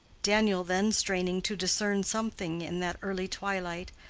daniel then straining to discern something in that early twilight,